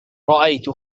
رأيت